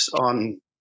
on